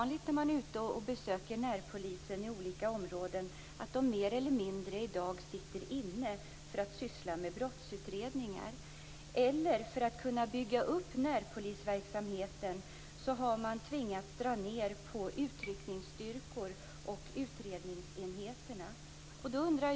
När man i dag besöker närpolisen i olika områden är det inte ovanligt att de mer eller mindre sitter inomhus för att syssla med brottsutredningar. På andra håll har man tvingats dra ned på utryckningsstyrkor och utredningsenheter för att kunna bygga upp närpolisen.